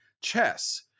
chess